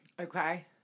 Okay